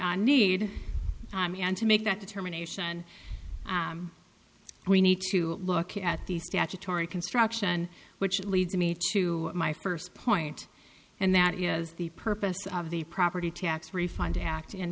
on need to make that determination we need to look at the statutory construction which leads me to my first point and that is the purpose of the property tax refund act